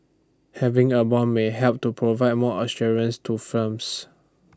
having A Bond may help to provide more assurance to firms